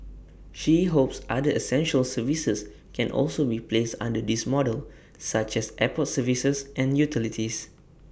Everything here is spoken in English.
she hopes other essential services can also be placed under this model such as airport services and utilities